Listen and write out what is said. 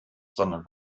sondern